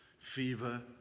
fever